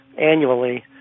annually